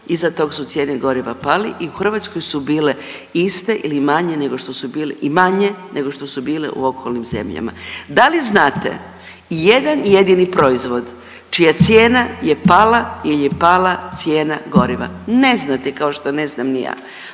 iza tog su cijene goriva pali i u Hrvatskoj su bile iste ili manje nego što su bili, i manje nego što su bile u okolnim zemljama, da li znate ijedan jedini proizvod čija cijena je pala jel je pala cijena goriva? Ne znate, kao što ne znam ni ja.